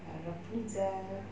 err rapunzel